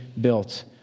built